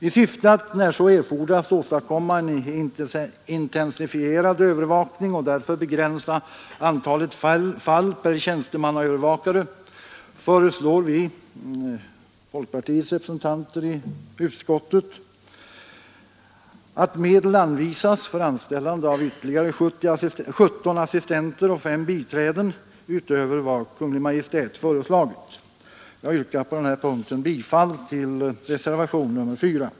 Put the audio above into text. I syfte att när så erfordras åstadkomma en intensifierad övervakning och därför begränsa antalet fall per tjänstemannaövervakare föreslår vi, folkpartiets representanter i utskottet, att medel anvisas för anställande av ytterligare 17 assistenter och 5 biträden utöver vad Kungl. Maj:t föreslagit. Jag yrkar, herr talman, bifall till reservationen 4.